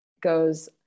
goes